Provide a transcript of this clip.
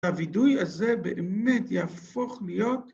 ‫הווידוי הזה באמת יהפוך להיות...